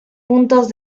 puntos